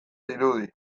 dirudi